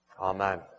amen